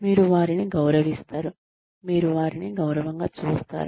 మీరు వారిని గౌరవిస్తారు మీరు వారిని గౌరవంగా చూస్తారు